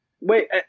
wait